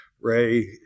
Ray